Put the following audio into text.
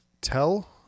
tell